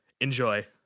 Enjoy